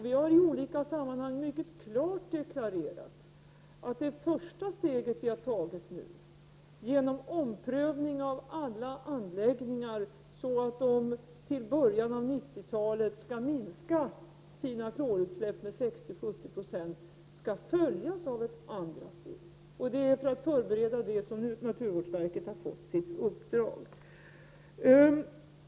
Vi har i olika sammanhang mycket klart deklarerat att det första steget vi har tagit nu genom en omprövning av alla anläggningar så att de till början av 90-talet skall minska sitt klorutsläpp med 60-70 20 skall följas av ett andra steg. Det är för att förbereda detta som naturvårdsverket har fått sitt uppdrag.